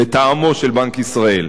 לטעמו של בנק ישראל.